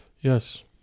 Yes